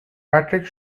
patrick